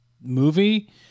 movie